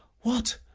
what,